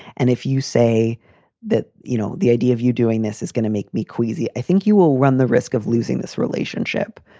and if you say that, you know, the idea of you doing this is gonna make me queasy, i think you will run the risk of losing this relationship.